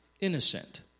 innocent